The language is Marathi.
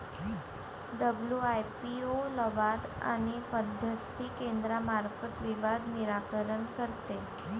डब्ल्यू.आय.पी.ओ लवाद आणि मध्यस्थी केंद्रामार्फत विवाद निराकरण करते